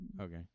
okay